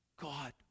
God